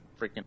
freaking